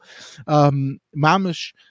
Mamish